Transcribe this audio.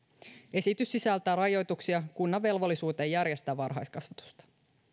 esitys sisältää rajoituksia kunnan velvollisuuteen järjestää varhaiskasvatusta